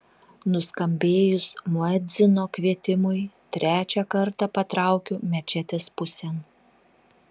nuskambėjus muedzino kvietimui trečią kartą patraukiu mečetės pusėn